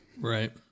Right